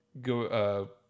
go